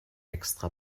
extra